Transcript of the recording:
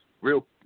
real